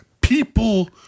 People